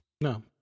No